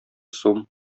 сум